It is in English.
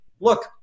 Look